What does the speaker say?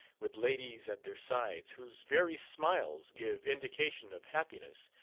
with ladies at their sides, whose very smiles give indication of happiness,